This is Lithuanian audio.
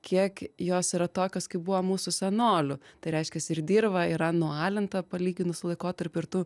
kiek jos yra tokios kaip buvo mūsų senolių tai reiškias ir dirva yra nualinta palyginus su laikotarpiu ir tu